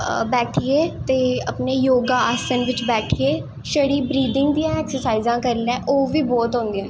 ते बैठियै ते अपनें योगा आसन बिच्च बैठियै ते छड़ियां बरीदिंग दियां ऐक्सर्साईज़ां करी लै ओह् बी बड़ियां होंदियां न